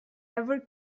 ever